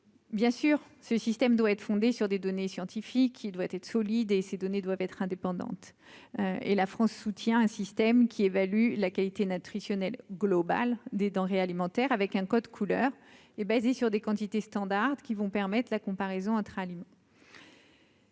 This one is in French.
Bien sûr ce système doit être fondée sur des données scientifiques, il doit être solide et ces données doivent être indépendante et la France soutient un système qui évalue la qualité n'a triché, Neil globale des denrées alimentaires avec un code couleur est basée sur des quantités standard qui vont permettre la comparaison entre.